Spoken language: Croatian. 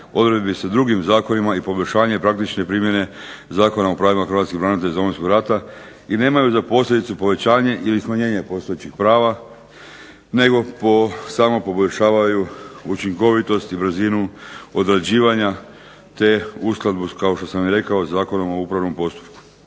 odredbi sa drugim zakonima i poboljšanje praktične primjene Zakona o pravima hrvatskih branitelja iz Domovinskog rata i nemaju za posljedicu povećanje ili smanjenje postojećih prava nego samo poboljšavaju učinkovitost i brzinu odrađivanja te uskladbe kao što sam i rekao sa Zakonom o upravnom postupku.